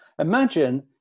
imagine